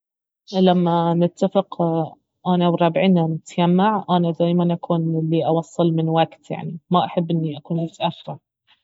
لما نتفق انا وربعي انه نتيمع انا دايما أكون الي أوصل من وقت يعني ما احب اني أكون متاخرة